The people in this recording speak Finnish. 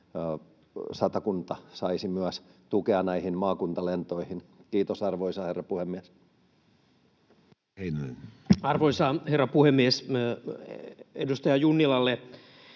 Satakunta saisi tukea näihin maakuntalentoihin. — Kiitos, arvoisa herra puhemies. Edustaja Heinonen. Arvoisa herra puhemies! Edustaja Junnilalle